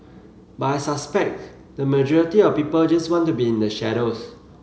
but I suspect the majority of people just want to be in the shadows